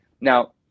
now